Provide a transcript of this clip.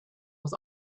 was